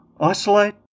Isolate